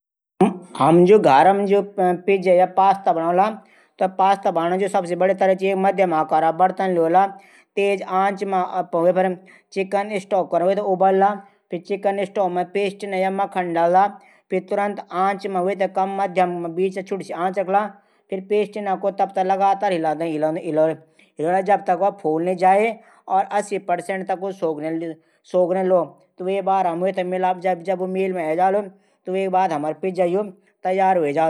हम जू घार मा जू पिजा या पास्ता बणौला पास्ता बणानो जू सबसे बढ़िया तरीका चा मध्यम आकारो बर्तन लियोल्या तेज आंच मा चिकन स्टोव मा वेथे उबला फिर स्टेवो मा मक्खन पेस्ट डला फिर वेथै कम आंच मां रखला तब तक पेस्टिला थे लगातार हिलोला जब तक वा फूल ना जाई अस्सी प्रतिशत तक सोख नि ल्या जब ऊ मेल मा एजालू त हमरू पिजा तैयार ह्वे जालू